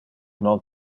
non